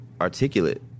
articulate